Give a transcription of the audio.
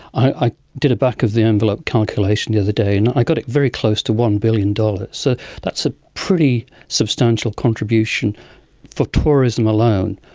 i did a back-of-the-envelope calculation the other day and i got it very close to one billion dollars. so that's a pretty substantial contribution for tourism alone.